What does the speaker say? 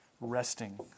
Resting